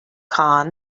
khan